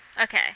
Okay